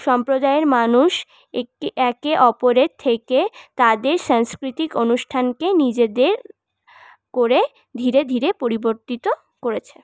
সম্প্রদায়ের মানুষ একটি একে অপরের থেকে তাদের সাংস্কৃতিক অনুষ্ঠানকে নিজেদের করে ধীরে ধীরে পরিবর্তিত করেছে